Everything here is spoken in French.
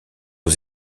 aux